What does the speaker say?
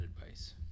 advice